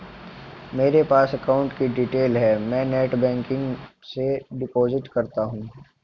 मेरे पास अकाउंट की डिटेल है मैं नेटबैंकिंग से डिपॉजिट करता हूं